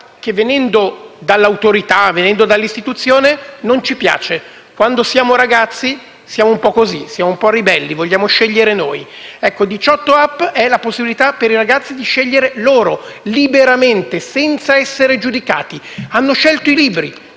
che, venendo dall'autorità e dalle istituzioni, non ci piace. Quando siamo ragazzi, siamo un po' così, siamo un po' ribelli, vogliamo scegliere noi e 18app è la possibilità per i ragazzi di scegliere loro, liberamente, senza essere giudicati. Hanno scelto moltissimi